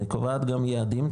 היא קובעת גם יעדים,